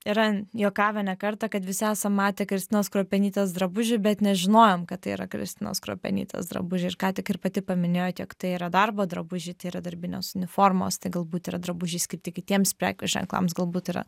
yra juokavę ne kartą kad visi esam matę kristinos kruopienytės drabužių bet nežinojom kad tai yra kristinos kruopienytės drabužiai ir kątik ir pati paminėjot jog tai yra darbo drabužiai tai yra darbinės uniformos tai galbūt yra drabužiai skirti kitiems prekių ženklams galbūt yra